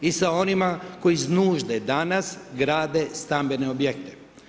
I sa onima koji iz nužde danas grade stambene objekte?